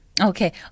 Okay